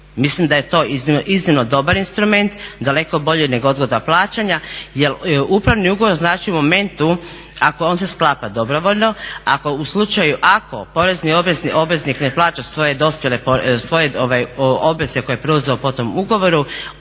mislim da je to iznimno dobar instrument, daleko bolji nego odgoda plaćanja jel upravni ugovor znači u momentu ako on se sklapa dobrovoljno, u slučaju ako porezni obveznik ne plaća svoje dospjele obveze koje je preuzeo po tom ugovoru